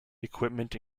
equipment